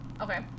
Okay